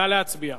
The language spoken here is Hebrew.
נא להצביע.